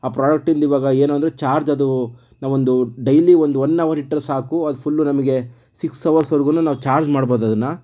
ಆ ಪ್ರಾಡಕ್ಟಿಂದಿವಾಗ ಏನೆಂದರೆ ಚಾರ್ಜ್ ಅದು ನಾವೊಂದು ಡೈಲಿ ಒಂದು ಒನ್ ಅವರ್ ಇಟ್ಟರೆ ಸಾಕು ಅದು ಫುಲ್ಲು ನಮಗೆ ಸಿಕ್ಸ್ ಅವರ್ಸ್ವರೆಗೂ ನಾವು ಚಾರ್ಜ್ ಮಾಡ್ಬೋದದನ್ನ